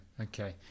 Okay